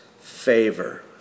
favor